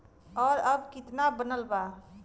और अब कितना बनल बा?